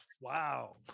Wow